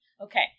okay